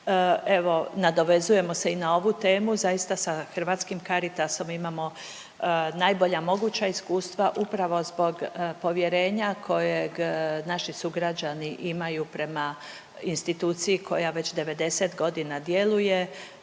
Evo nadovezujemo se i na ovu temu zaista sa Hrvatskim Caritasom imamo najbolja moguća iskustva upravo zbog povjerenja kojeg naši sugrađani imaju prema instituciji koja već 90 godina djeluje.